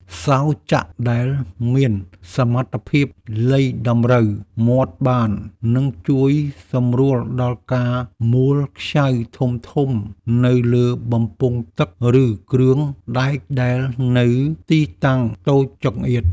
សោរចាក់ដែលមានសមត្ថភាពលៃតម្រូវមាត់បាន នឹងជួយសម្រួលដល់ការមួលខ្ចៅធំៗនៅលើបំពង់ទឹក ឬគ្រឿងដែកដែលនៅទីតាំងតូចចង្អៀត។